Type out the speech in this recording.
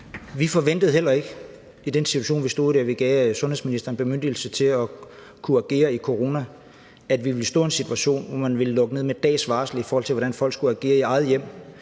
vi stod i, da vi gav sundhedsministeren bemyndigelse til at kunne agere i forhold til corona – at vi ville stå i en situation, hvor man ville lukke ned med 1 dags varsel, i forhold til hvordan folk skulle agere i eget hjem.